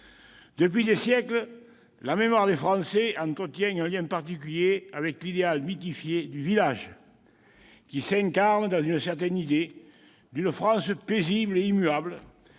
Depuis des siècles, la mémoire des Français entretient un lien particulier avec l'idéal mythifié du « village », qui s'incarne dans une certaine idée d'une France paisible et immuable.